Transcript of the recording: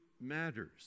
matters